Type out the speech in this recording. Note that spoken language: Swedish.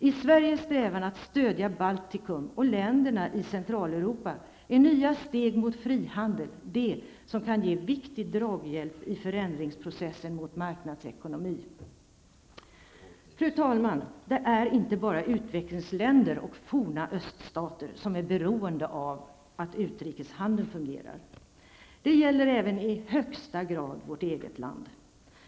I Sveriges strävan att stödja Baltikum och länderna i Centraleuropa är nya steg mot frihandel de som kan ge viktig draghjälp i förändringsprocessen mot marknadsekonomi. Fru talman! Det är inte bara utvecklingsländer och forna öststater som är beroende av att utrikeshandeln fungerar. Det gäller även i högsta grad vårt eget land.